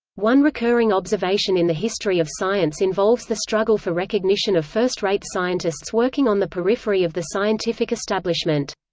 one recurring observation in the history of science involves the struggle for recognition of first-rate scientists working on the periphery of the scientific establishment.